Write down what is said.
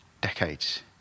decades